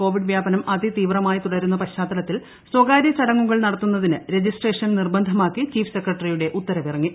Covid വ്യാപനം അതിതീവ്രമായി തുടരുന്ന പശ്ചാത്തലത്തിൽ സ്വകാര്യചടങ്ങുകൾ നടത്തുന്നതിന് രജിസ്ട്രേഷൻ നിർബന്ധമാക്കി ചീഫ് സെക്രട്ടറിയുടെ ഉത്തരവ് ഇറങ്ങി